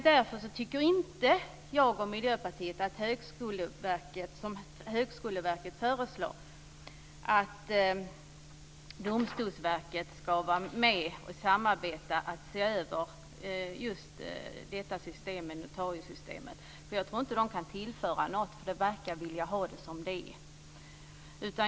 Därför tycker inte jag och Miljöpartiet, som Högskoleverket föreslår, att Domstolsverket ska vara med och samarbeta om att se över notariesystemet. Jag tror inte att man kan tillföra något. Man verkar vilja ha det som det är.